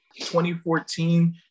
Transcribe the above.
2014